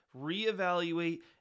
reevaluate